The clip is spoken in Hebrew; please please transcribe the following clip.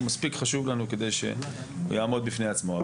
הוא מספיק חשוב לנו כדי שהוא יעמוד בפני עצמו.